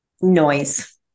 noise